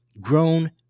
Grown